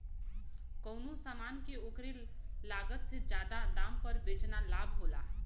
कउनो समान के ओकरे लागत से जादा दाम पर बेचना लाभ होला